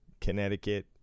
Connecticut